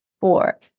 four